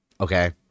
Okay